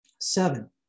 Seven